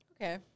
Okay